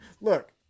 look